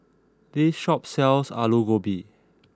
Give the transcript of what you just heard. this shop sells Aloo Gobi